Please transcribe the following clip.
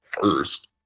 first